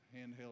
handheld